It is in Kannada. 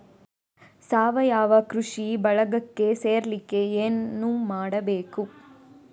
ಸಾವಯವ ಕೃಷಿ ಬಳಗಕ್ಕೆ ಸೇರ್ಲಿಕ್ಕೆ ಏನು ಮಾಡ್ಬೇಕು?